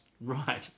right